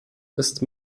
ist